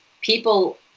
people